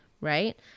right